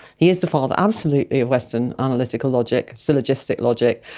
he is the father absolutely of western analytical logic, syllogistic logic,